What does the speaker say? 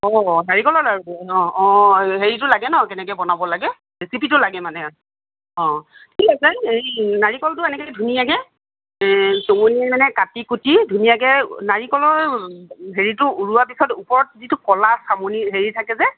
অঁ নাৰিকলৰ লাৰু হেৰীটো লাগে ন কেনেকৈ বনাব লাগে ৰেচিপিটো লাগে মানে অঁ ঠিক আছে হেৰী নাৰিকলটো এনেকৈ ধুনীয়াকৈ টঙনীয়াই মানে কাটি কূটি ধুনীয়াকৈ নাৰিকলৰ হেৰীটো ওলোৱা পিছত ওপৰত যিটো ক'লা চামনি হেৰী থাকে যে